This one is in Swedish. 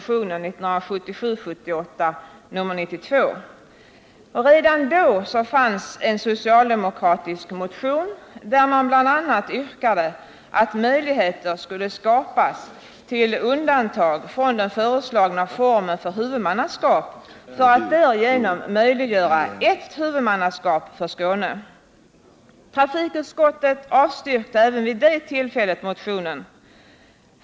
I anslutning till propositionen väcktes en socialdemokratisk motion, vari det bl.a. yrkades att det skulle ges möjligheter till undantag från den föreslagna formen för huvudmannaskap för att möjliggöra ert huvudmannaskap för Skåne. Trafikutskottet avstyrkte även vid det tillfället motionen.